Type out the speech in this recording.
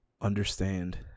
understand